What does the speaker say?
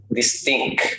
distinct